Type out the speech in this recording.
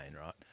right